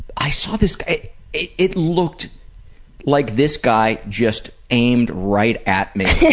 i saw this guy it it looked like this guy just aimed right at me. yeah